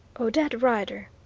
odette rider!